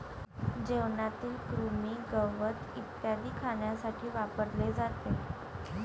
जेवणातील कृमी, गवत इत्यादी खाण्यासाठी वापरले जाते